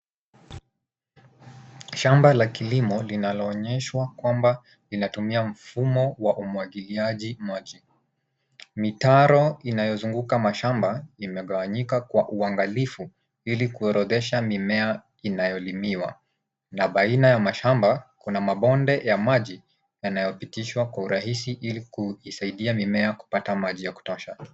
Shamba la kilimo linaloonyeshwa kwamba linatumia mfumo wa umwagiliaji maji. Mitaro inayozunguka mashamba imegawanyika kwa uangalifu ili kuorothesha mimea inayolimwa na baina ya mashamba kuna mabonde ya maji yanayopitishwa kwa urahisi ili kuisaidia mimea kupata maji ya kutosha.